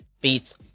beats